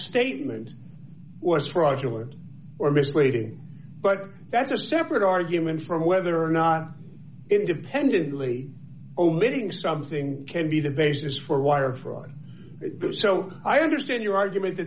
statement was fraudulent or misleading but that's a separate argument from whether or not independently omitting something can be the basis for wire fraud so i understand your argument that